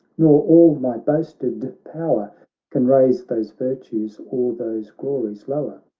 nor all my boasted power can raise those virtues, or those glories lower.